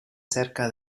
cerca